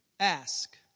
Ask